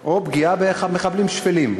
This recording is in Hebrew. או פגיעה במחבלים שפלים?